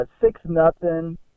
Six-nothing